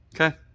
Okay